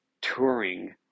touring